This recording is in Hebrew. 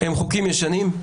הם חוקים ישנים.